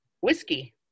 whiskey